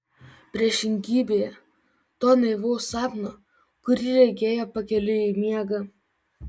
priešingybėje to naivaus sapno kurį regėjo pakeliui į miegą